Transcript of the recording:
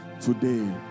Today